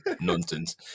nonsense